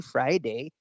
Friday